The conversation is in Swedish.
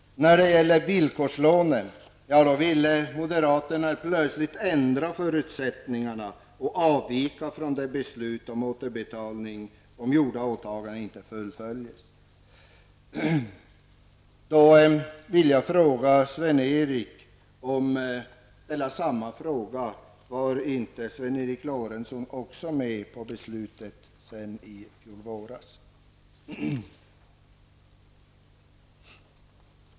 När det gäller villkorslånen vill moderaterna helt plötsligt ändra förutsättningarna och avvika från beslutet om återbetalning om gjorda åtaganden inte skulle fullföljas. Jag vill då fråga Sven Eric Lorentzon om inte han också var med om att fatta beslutet fjolvår.